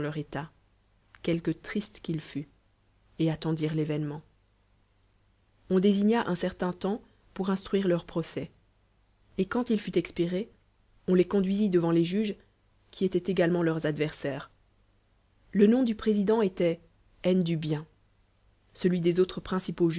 quelque triste qu'il fût et attendirent lrévèoement o désina un certain temps pour instruire leur procès et quand il fut expiré on les conduisit devant les jnges qui étoimt égalemeut leurs adversaires le nom du pr ésidènt étoit haine du bien celui des autres pnncipauliuies